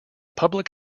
public